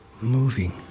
moving